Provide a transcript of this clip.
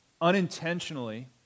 unintentionally